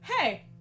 hey